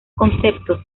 conceptos